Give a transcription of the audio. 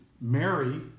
Mary